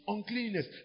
Uncleanness